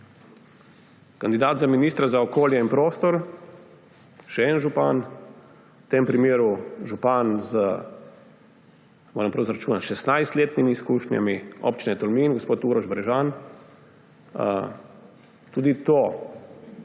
Kandidat za ministra za okolje in prostor, še en župan, v tem primeru župan Občine Tolmin s, moram prav izračunati, 16-letnimi izkušnjami, gospod Uroš Brežan. Tudi to,